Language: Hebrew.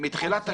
מתחילת השנה,